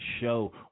show